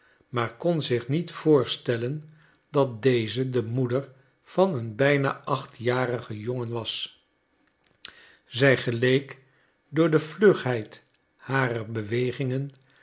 maar kon zich niet voorstellen dat deze de moeder van een bijna achtjarigen jongen was zij geleek door de vlugheid harer bewegingen